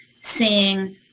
seeing